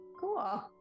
Cool